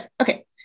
okay